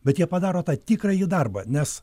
bet jie padaro tą tikrąjį darbą nes